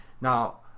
Now